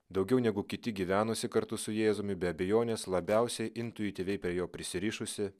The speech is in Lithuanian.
daugiau negu kiti gyvenusi kartu su jėzumi be abejonės labiausiai intuityviai prie jo prisirišusi